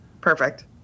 Perfect